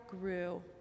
grew